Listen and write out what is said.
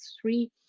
three